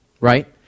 Right